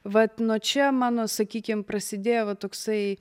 vat nuo čia mano sakykim prasidėjo va toksai